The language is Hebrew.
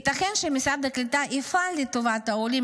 ייתכן שמשרד הקליטה יפעל לטובת העולים